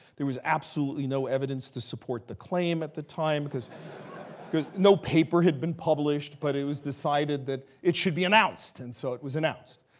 there was absolutely no evidence to support the claim at the time, because because no paper had been published. but it was decided that it should be announced. and so it was announced.